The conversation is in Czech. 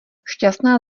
šťastná